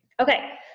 okay,